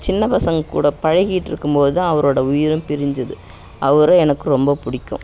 சின்னப் பசங்கக்கூட பழகிட்டிருக்கும் போது தான் அவரோட உயிரும் பிரிஞ்சுது அவர எனக்கு ரொம்பப் பிடிக்கும்